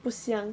不香